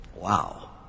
Wow